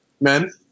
Men